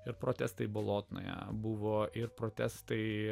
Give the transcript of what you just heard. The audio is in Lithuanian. ir protestai bolotnoje buvo ir protestai